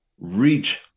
reach